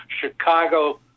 Chicago